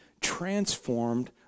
transformed